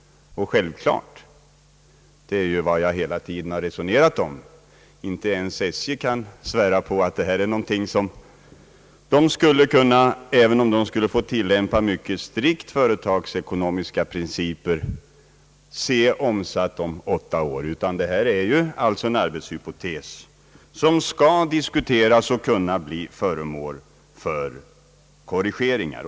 Självklart! Det är ju vad jag hela tiden har resonerat om! Inte ens SJ kan svära på att alla planer är någonting som SJ, även om verket skulle få tillämpa mycket strikt företagsekonomiska principer, skulle se omsatta i praktiken inom åtta år, utan vad som föreligger är ju en arbetshypotes, som skall diskuteras och kunna bli föremål för korrigeringar.